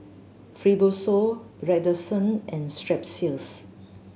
Fibrosol Redoxon and Strepsils